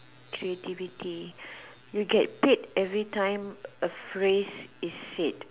creativity you get paid everytime a phrase is said